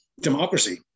democracy